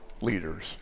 leaders